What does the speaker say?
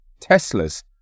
Teslas